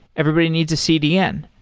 everybody needs a cdn.